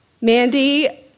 Mandy